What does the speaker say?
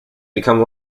become